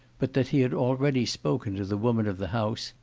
but that he had already spoken to the woman of the house,